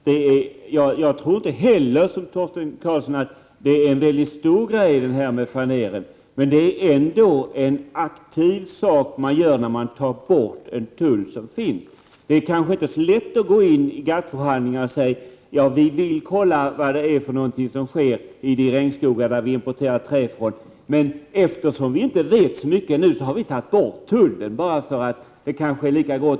Fru talman! Jag tror, liksom Torsten Karlsson, inte att frågan om tullfrihet för faner är en mycket stor fråga. Men det är en mycket aktiv åtgärd att ta bort en tull som finns. Det är kanske inte lätt att gå ini GATT-förhandlingar och säga: Vi vill kontrollera vad det är som sker i de regnskogar från vilka vi importerar trä, men eftersom vi ännu inte vet så mycket om detta har vi tagit bort tullen, eftersom detta kanske är lika bra.